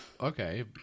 Okay